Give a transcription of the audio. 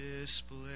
display